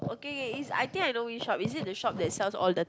okay is I think I know which shop is it the shop that sells all the